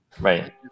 Right